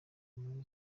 muri